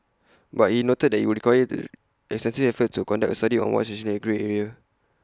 but he noted that IT would required extensive efforts to conduct A study on what is essentially A grey area